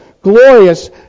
glorious